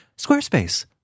Squarespace